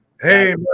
Hey